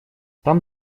там